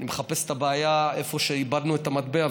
אני מחפש את הבעיה איפה שאיבדנו את המטבע,